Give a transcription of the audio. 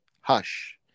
hush